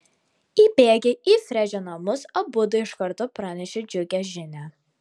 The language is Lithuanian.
įbėgę į fredžio namus abudu iš karto pranešė džiugią žinią